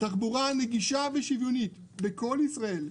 תחבורה נגישה ושוויונית בכל ישראל,